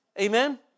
Amen